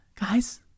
guys